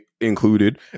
included